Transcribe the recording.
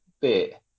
bit